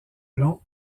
long